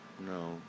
no